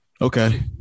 Okay